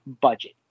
budget